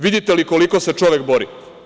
Vidite li koliko se čovek bori?